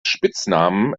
spitznamen